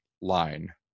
line